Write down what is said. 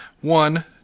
One